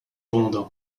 bonde